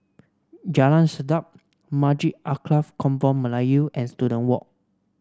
Jalan Sedap Masjid Alkaff Kampung Melayu and Students Walk